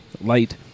light